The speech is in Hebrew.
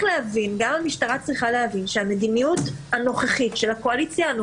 צריך אף אחד נוסף מהאופוזיציה.